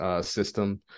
system